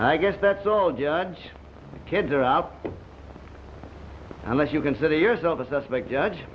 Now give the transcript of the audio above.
i guess that's all judge kids are out unless you consider yourself a suspect judge